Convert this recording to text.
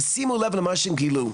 ושימו לב למה שהם גילו.